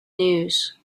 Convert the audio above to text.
news